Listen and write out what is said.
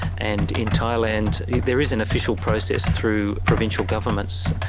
and in thailand there is an official process through provincial governments,